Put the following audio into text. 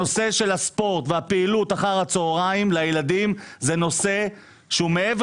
הנושא של הספורט והפעילות אחר הצהריים לילדים הוא נושא שמעבר